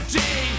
day